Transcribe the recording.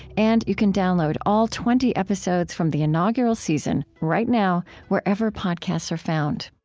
and you can download all twenty episodes from the inaugural season right now, wherever podcasts are found